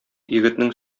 егетнең